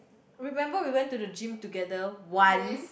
remember we went to the gym together once